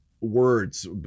words